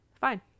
fine